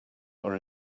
are